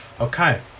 okay